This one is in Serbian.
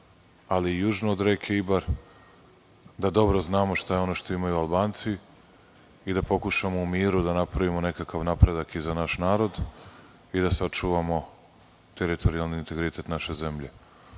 ali i južno od reke Ibar, da dobro znamo šta je ono što imaju Albanci i da pokušamo u miru da napravimo neki napredak i za naš narod i da sačuvamo teritorijalni integritet naše zemlje. Ako